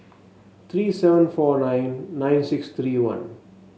three seven four nine nine six three one